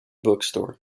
bookstore